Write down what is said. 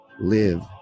live